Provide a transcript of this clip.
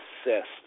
assessed